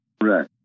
Right